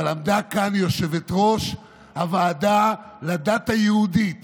אבל עמדה כאן יושבת-ראש הוועדה לדת היהודית